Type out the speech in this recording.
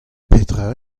petra